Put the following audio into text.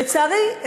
לצערי,